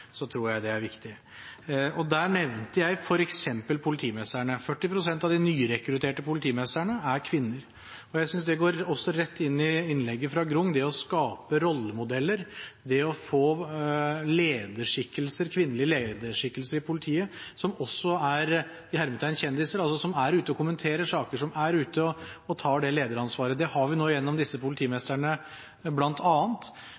tror jeg det er viktig. Jeg nevnte f.eks. politimestrene. 40 pst. av de nyrekrutterte politimestrene er kvinner. Jeg synes det går rett inn i innlegget fra Grung – det å skape rollemodeller, det å få kvinnelige lederskikkelser i politiet som også er «kjendiser», som altså er ute og kommenterer saker, og tar det lederansvaret. Det har vi nå gjennom bl.a. disse